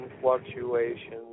fluctuations